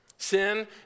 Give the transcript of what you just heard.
Sin